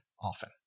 often